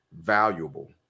valuable